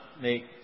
make